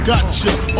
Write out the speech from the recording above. Gotcha